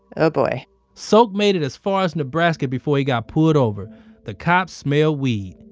oh boy sok made it as far as nebraska before he got pulled over the cops smell weed.